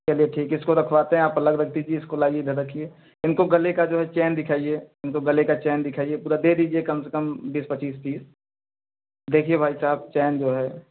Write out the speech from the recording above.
चलिए ठीक इसको रखवाते हैं आप अलग रख दीजिए इसको लाइए इधर रखिए इनको गले का जो है चैन दिखाइए इनको गले का चैन दिखाइए पूरा दे दीजिए कम से कम बीस पचीस तीस देखिए भाईसाहब चैन जो है